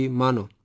mano